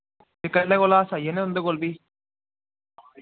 ते कल्ले कोला अस आई जन्ने तुं'दे कोल फ्ही